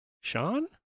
sean